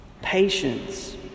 patience